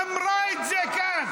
היא אמרה את זה כאן.